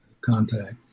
contact